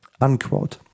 Unquote